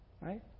right